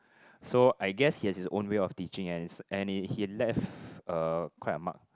so I guess he has his own way of teaching and and he he left uh quite a mark